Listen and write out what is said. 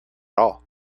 all